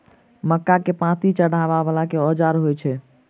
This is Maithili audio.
मक्का केँ पांति चढ़ाबा वला केँ औजार होइ छैय?